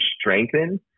strengthen